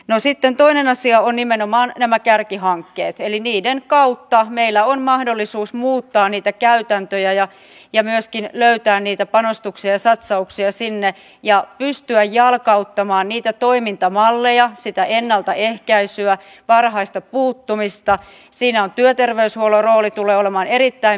no sitten varma asia on nimenomaan nämä kärkihankkeet eli niiden kautta meillä on mahdollisuus muuttaa niitä käytäntöjä ja ja myöskin löytää niitä panostuksiasatsauksia sinne ja pystyä jalkauttamaan niitä toimintamalleja sitä ennaltaehkäisyä varhaista puuttumista siinä työterveyshuollon rooli tulee olemaan erittäin